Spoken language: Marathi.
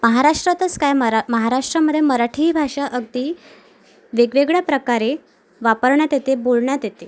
महाराष्ट्रातच काय मरा महाराश्शमध्ये मराठी भाषा अगदी वेगवेगळ्या प्रकारे वापरण्यात येते बोलण्यात येते